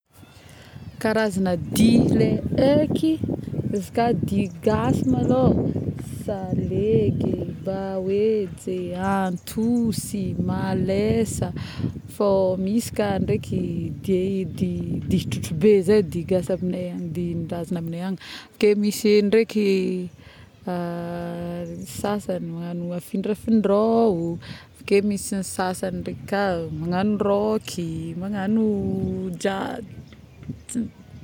Karazagna dihy le aiky! izy ka dihy gasy malôhô salegy, baoentsy, antosy, malesa fô misy Ka ndraiky dey.. dihy trontry be zay dihy gasy aminay agny dihin-drazagna aminay agny avy ke misy ndraiky sasagny magnao afindrafindrao avy ke misy sasagny ndraiky magnao rôky magnao jazz-